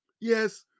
Yes